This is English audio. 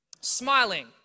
smiling